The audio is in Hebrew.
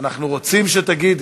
אנחנו רוצים שתגידי.